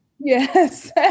Yes